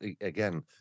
again